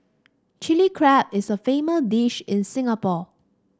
Chilli Crab is a famous dish in Singapore